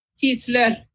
Hitler